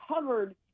covered